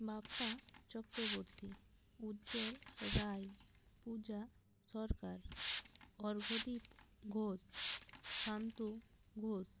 Bappa Chakraborty Ujjwal Roy Puja Sarkar Arghadeep Ghosh Santu Ghosh